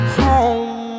home